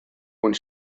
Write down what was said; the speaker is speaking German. und